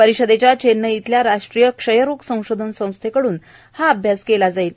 परिषदेच्या चेन्नई इथल्या राष्ट्रीय क्षयरोग संशोधन संस्थेकड्रन हा अभ्यास केला जाणार आहे